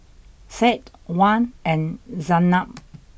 Said Wan and Zaynab